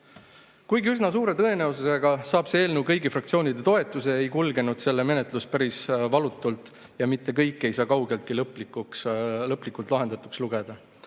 üsna suure tõenäosusega saab see eelnõu kõigi fraktsioonide toetuse, ei kulgenud selle menetlus päris valutult ja mitte kõike ei saa kaugeltki lõplikult lahendatuks lugeda.